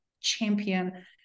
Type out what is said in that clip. champion